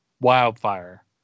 wildfire